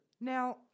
now